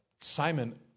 Simon